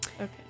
Okay